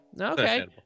okay